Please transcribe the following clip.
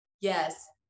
Yes